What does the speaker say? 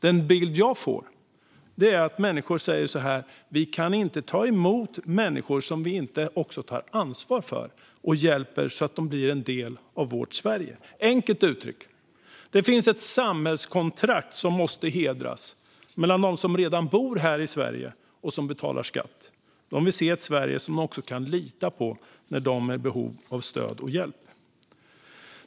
Den bild jag får är att människor menar att vi inte kan ta emot människor som vi inte också tar ansvar för och hjälper att bli en del av vårt Sverige. Enkelt uttryckt: det finns ett samhällskontrakt som måste hedras mellan dem som redan bor i Sverige och som betalar skatt. De vill se ett Sverige som de kan lita på när de är i behov av hjälp och stöd.